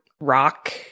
rock